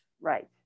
right